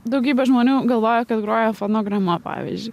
daugybė žmonių galvoja kad groja fonograma pavyzdžiui